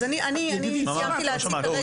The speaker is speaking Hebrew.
מה, לא שמעתי.